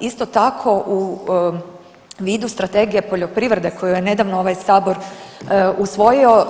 Isto tako u vidu strategije poljoprivrede koju je nedavno ovaj sabor usvojio